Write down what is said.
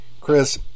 Chris